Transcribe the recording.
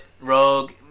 Rogue